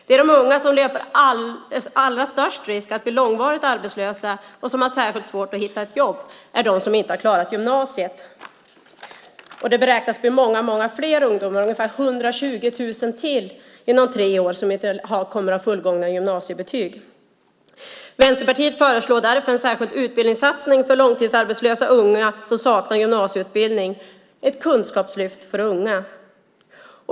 De unga som löper allra störst risk att bli långvarigt arbetslösa och som har särskilt svårt att hitta ett jobb är de som inte har klarat gymnasiet. Det beräknas bli många fler ungdomar. Det kommer att vara ungefär 120 000 till inom tre år som inte kommer att ha fullständiga gymnasiebetyg. Vänsterpartiet föreslår därför en särskild utbildningssatsning för långtidsarbetslösa unga som saknar gymnasieutbildning - ett kunskapslyft för unga.